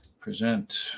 Present